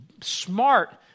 smart